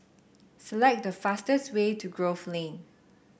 select the fastest way to Grove Lane